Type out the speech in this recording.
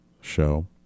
show